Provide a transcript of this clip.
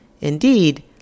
Indeed